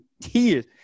tears